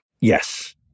Yes